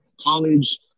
college